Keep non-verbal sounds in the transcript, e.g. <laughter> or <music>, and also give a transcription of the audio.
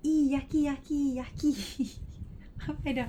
!ee! yucky yucky yucky <laughs> habis dah